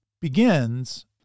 begins